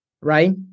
right